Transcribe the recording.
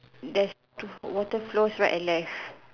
there's two water flows right and left